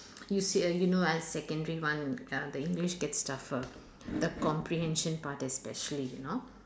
you see uh you know ah secondary one uh the English gets tougher the comprehension part especially you know